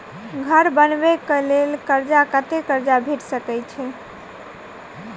घर बनबे कऽ लेल कर्जा कत्ते कर्जा भेट सकय छई?